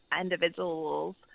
individuals